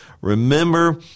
Remember